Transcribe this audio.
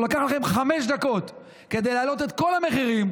לא הצטרכתם חמש דקות כדי להעלות את כל המחירים,